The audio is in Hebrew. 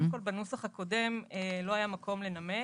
קודם כל בנוסח הקודם לא היה מקום לנמק.